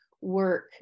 work